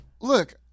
look